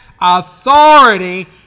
authority